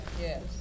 Yes